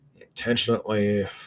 intentionally